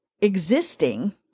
existing